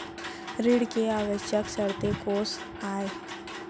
ऋण के आवश्यक शर्तें कोस आय?